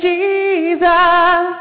Jesus